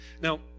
Now